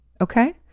Okay